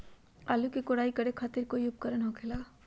आलू के कोराई करे खातिर कोई उपकरण हो खेला का?